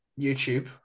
YouTube